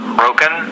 broken